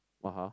ah !huh!